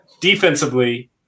Defensively